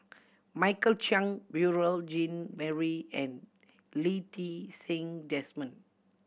Michael Chiang Beurel Jean Marie and Lee Ti Seng Desmond